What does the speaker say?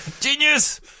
Genius